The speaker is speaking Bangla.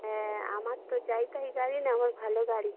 হ্যাঁ আমার তো যাই তাই গাড়ি না আমার ভালো গাড়ি